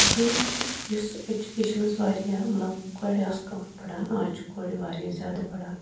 بیٚیہِ چھُ یُس ایجوٗکیشن ٲس واریاہ مَطلب کورِ آسہٕ کَم پَران اَز چھِ کورِ واریاہ زیادٕ پَران